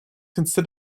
consider